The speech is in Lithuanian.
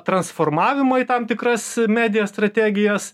transformavimą į tam tikras medija strategijas